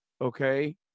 okay